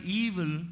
evil